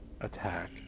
attack